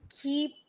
keep